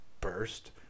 burst